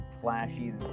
flashy